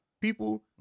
people